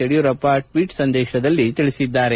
Yediyurappa tweet ಸಂದೇಶದಲ್ಲಿ ತಿಳಿಸಿದ್ದಾರೆ